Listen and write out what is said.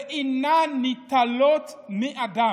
ואינן ניטלות מאדם.